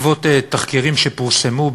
בעקבות תחקירים שפורסמו,